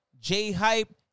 J-Hype